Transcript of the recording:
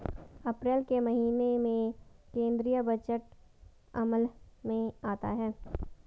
अप्रैल के महीने में केंद्रीय बजट अमल में आता है